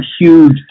huge